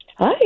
Hi